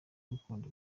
agukunda